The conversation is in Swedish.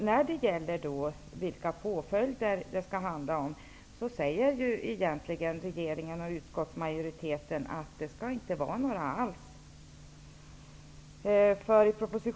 När det gäller vilka påföljder som det skall handla om säger egentligen regeringen och utskottsmajoriteten att det inte skall vara några alls.